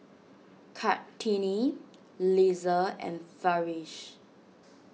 Kartini Lisa and Farish